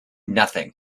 nothing